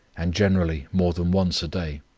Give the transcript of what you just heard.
and generally more than once a day.